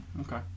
Okay